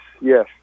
yes